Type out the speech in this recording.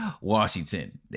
Washington